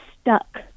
stuck